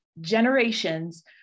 generations